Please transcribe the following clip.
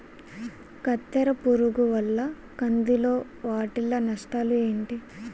కత్తెర పురుగు వల్ల కంది లో వాటిల్ల నష్టాలు ఏంటి